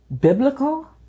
biblical